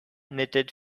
knitted